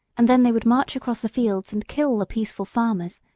and then they would march across the fields and kill the peaceful farmers,